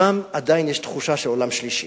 שם עדיין יש תחושה של עולם שלישי,